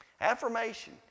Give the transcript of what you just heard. Affirmation